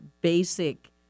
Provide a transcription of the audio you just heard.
basic